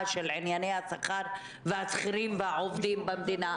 של ענייני השכר של השכירים והעובדים במדינה.